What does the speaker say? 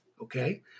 okay